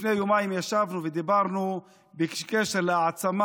לפני יומיים ישבנו ודיברנו בקשר להעצמה